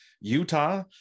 Utah